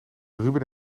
ruben